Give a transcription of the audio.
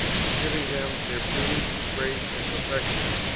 was giving them their beauty, grace, and perfection,